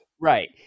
Right